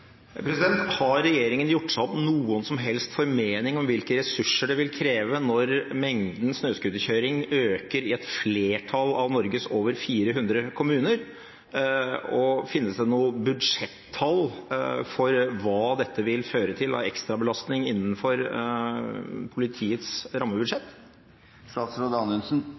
Har regjeringen gjort seg opp noen som helst formening om hvilke ressurser det vil kreve når mengden snøscooterkjøring øker i et flertall av Norges over 400 kommuner? Og finnes det noen budsjettall for hva dette vil føre til av ekstrabelastning innenfor politiets rammebudsjett?